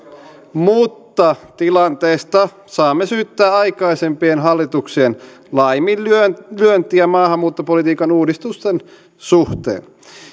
mutta tilanteesta saamme syyttää aikaisempien hallituksien laiminlyöntiä maahanmuuttopolitiikan uudistusten suhteen